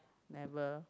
never